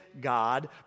God